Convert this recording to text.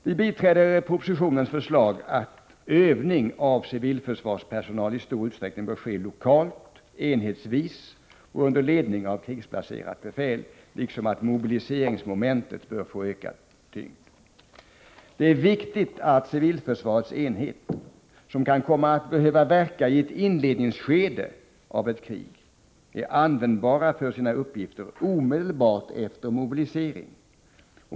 Vi biträder propositionens förslag att övning av civilförsvarspersonal i stor utsträckning bör ske lokalt, enhetsvis och under ledning av krigsplacerat befäl, liksom att mobiliseringsmomentet bör få ökad tyngd. Det är viktigt att civilförsvarets enheter, som kan komma att behöva verka iett inledningsskede av ett krig, är användbara för sina uppgifter omedelbart efter mobilisering.